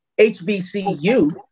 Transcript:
HBCU